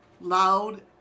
loud